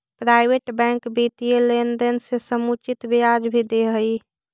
private bank वित्तीय लेनदेन पर समुचित ब्याज भी दे हइ